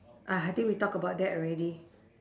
ah I think we talk about that already